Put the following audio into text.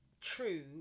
true